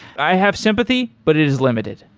i have sympathy, but it is limited.